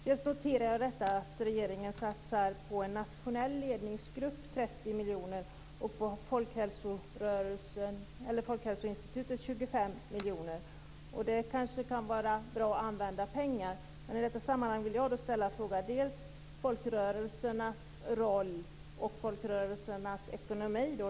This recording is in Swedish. Jag noterar att regeringen satsar 30 miljoner kronor på en nationell ledningsgrupp och 25 miljoner kronor på Folkhälsoinstitutet. Det kanske kan vara väl använda pengar. Men i sammanhanget vill jag ställa frågan: Vilken är folkrörelsernas roll och hur är deras ekonomi?